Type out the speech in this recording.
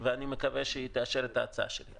ואני מקווה שהיא תאשר את ההצעה שלי.